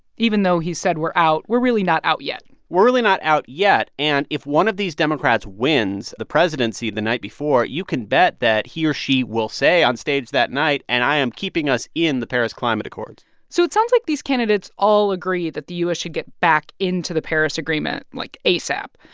even though he said we're out, we're really not out yet we're really not out yet. and if one of these democrats wins the presidency the night before, you can bet that he or she will say on stage that night, and i am keeping us in the paris climate accords so it sounds like these candidates all agree that the u s. should get back into the paris agreement, like, asap,